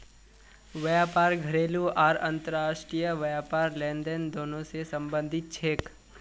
व्यापार घरेलू आर अंतर्राष्ट्रीय व्यापार लेनदेन दोनों स संबंधित छेक